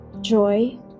joy